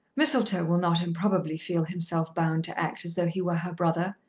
mistletoe will not improbably feel himself bound to act as though he were her brother.